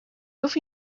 گفت